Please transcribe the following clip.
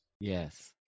Yes